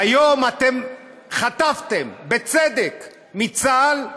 והיום אתם חטפתם, בצדק, מצה"ל,